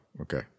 Okay